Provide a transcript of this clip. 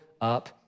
up